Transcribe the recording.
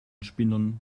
spinnern